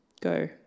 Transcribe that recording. go